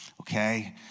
okay